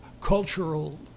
cultural